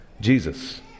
Jesus